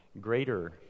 greater